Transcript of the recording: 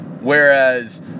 whereas